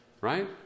right